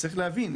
וצריך להבין,